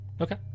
Okay